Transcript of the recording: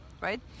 right